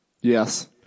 Yes